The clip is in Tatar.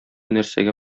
нәрсәгә